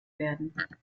werden